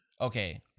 Okay